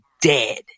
dead